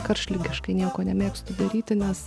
karštligiškai nieko nemėgstu daryti nes